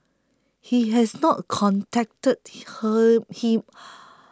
he has not contacted her he